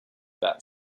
that